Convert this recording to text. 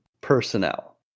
personnel